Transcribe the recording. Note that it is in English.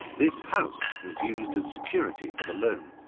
this house was used as security for the loan,